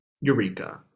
Eureka